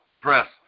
Press